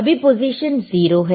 अभी पोजीशन 0 है